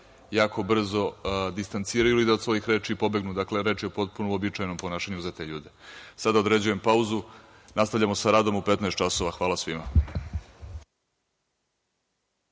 jako brzo distanciraju i da od svojih reči pobegnu. Dakle, reč je o potpuno uobičajenom ponašanju za te ljude. Sada određujem pauzu. Nastavljamo sa radom u 15.00 časova. Hvala svima.(Posle